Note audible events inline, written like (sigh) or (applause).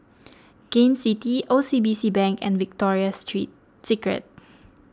Gain City O C B C Bank and Victoria Street Secret (noise)